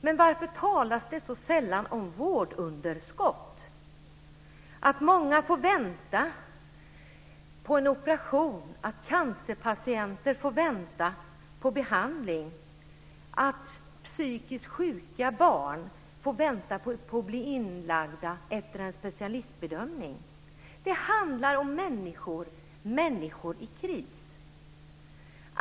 Men varför talas det så sällan om vårdunderskott? Många får vänta på en operation, cancerpatienter får vänta på behandling, psykiskt sjuka barn får vänta på att bli inlagda efter en specialistbedömning. Det handlar om människor - människor i kris.